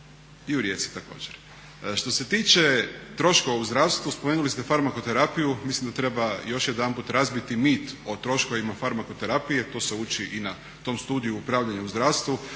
i u Rijeci također. Što se tiče troškova u zdravstvu, spomenuli ste farmakoterapiju, mislim da treba još jedanput razbiti mit o troškovima farmakoterapije to se uči i na tom studiju upravljanja u zdravstvu.